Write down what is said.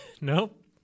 Nope